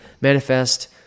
manifest